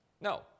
No